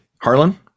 Harlan